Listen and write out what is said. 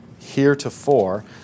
heretofore